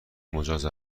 مجاز